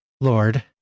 Lord